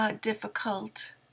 difficult